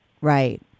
Right